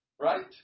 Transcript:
Right